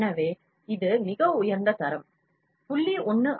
எனவே இது மிக உயர்ந்த தரம் 0